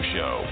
Show